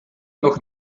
noch